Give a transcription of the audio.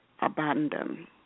abandon